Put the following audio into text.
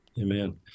Amen